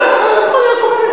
נכון.